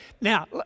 now